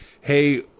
hey